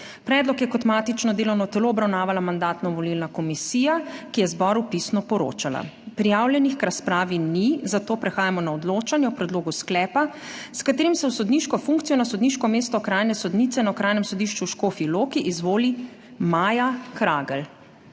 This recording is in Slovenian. Predlog je kot matično delovno telo obravnavala Mandatno-volilna komisija, ki je zboru pisno poročala. Prijavljenih k razpravi ni, zato prehajamo na odločanje o predlogu sklepa, s katerim se v sodniško funkcijo na sodniško mesto okrajne sodnice na Okrajnem sodišču v Škofji Loki izvoli Maja Kragelj.